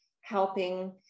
helping